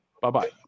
Bye-bye